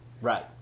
Right